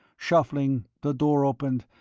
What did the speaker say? shuffling, the door opened,